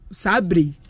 sabri